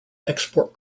export